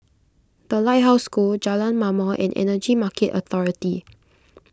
the Lighthouse School Jalan Ma'mor and Energy Market Authority